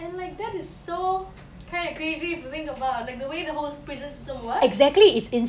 and like that is so kind of crazy to think about like the way the whole prison system works